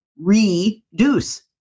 reduce